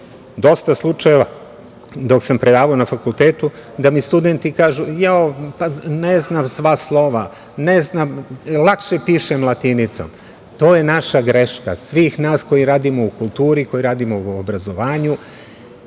dosta slučajeva dok sam predavao na fakultetu da mi studenti kažu – jao, pa ne znam sva slova, lakše pišem latinicom. To je naša greška, svih nas koji radimo u kulturi, koji radimo u obrazovanju.